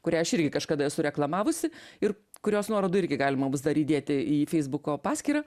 kurią aš irgi kažkada esu reklamavusi ir kurios nuorodų irgi galima bus dar įdėti į feisbuko paskyrą